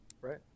Right